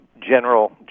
general